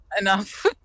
enough